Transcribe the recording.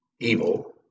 evil